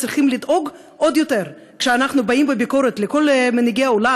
צריכים לדאוג עוד יותר כשאנחנו באים בביקורת לכל מנהיגי העולם